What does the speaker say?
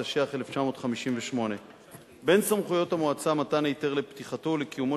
התשי"ח 1958. בין סמכויות המועצה מתן היתר לפתיחתו ולקיומו